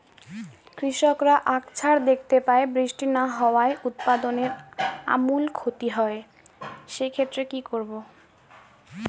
কৃষকরা আকছার দেখতে পায় বৃষ্টি না হওয়ায় উৎপাদনের আমূল ক্ষতি হয়, সে ক্ষেত্রে কি করব?